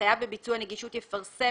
החייב בביצוע נגישות יפרסם,